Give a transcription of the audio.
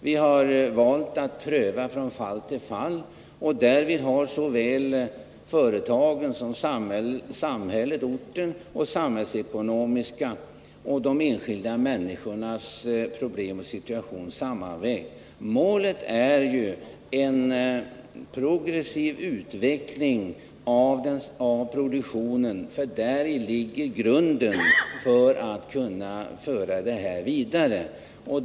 Vi har valt att pröva medlen från fall till fall, och därvid har vi vägt samman såväl företagets och samhällets, ortens, som de enskilda människornas problem och förutsättningar. Målet är en progressiv utveckling av produktionen — däri ligger grunden för att kunna föra utvecklingen vidare i positiv riktning.